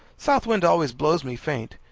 south wind always blows me faint.